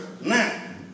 Now